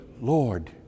Lord